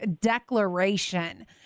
declaration